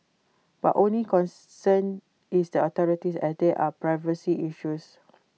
but only concern is the authorities as they are privacy issues